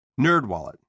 NerdWallet